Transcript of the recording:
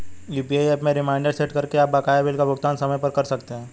UPI app में reminder set करके आप बकाया बिल का भुगतान समय पर कर सकते हैं